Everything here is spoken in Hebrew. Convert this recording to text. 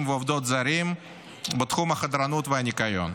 ועובדות זרים בתחום החדרנות והניקיון,